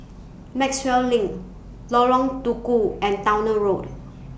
Maxwell LINK Lorong Tukol and Towner Road